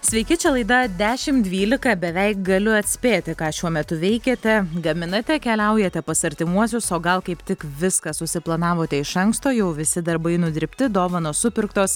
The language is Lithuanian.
sveiki čia laida dešim dvylika beveik galiu atspėti ką šiuo metu veikiate gaminate keliaujate pas artimuosius o gal kaip tik viską susiplanavote iš anksto jau visi darbai nudirbti dovanos supirktos